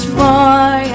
more